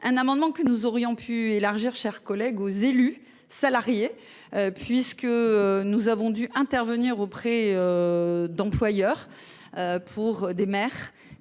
un amendement que nous aurions pu élargir chers collègues aux élus salariés puisque nous avons dû intervenir auprès. D'employeurs. Pour des maires